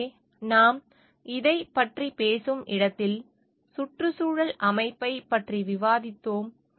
எனவே நாம் இதைப் பற்றி பேசும் இடத்தில் சுற்றுச்சூழல் அமைப்பைப் பற்றி விவாதித்தோம்